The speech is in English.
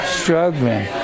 struggling